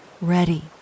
ready